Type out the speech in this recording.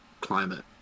climate